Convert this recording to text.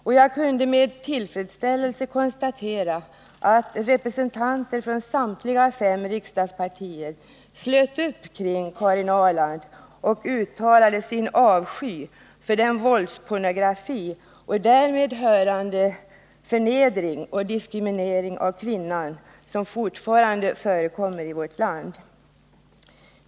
Och jag kunde med tillfredsställelse konstatera att representanter för samtliga fem riksdagspartier slöt upp kring Karin Ahrland och uttalade sin avsky för den våldspornografi och därtill hörande förnedring och diskriminering av kvinnan som fortfarande förekommer i vårt land.